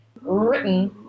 written